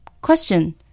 Question